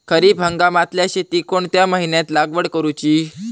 खरीप हंगामातल्या शेतीक कोणत्या महिन्यात लागवड करूची?